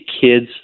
kids